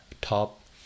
top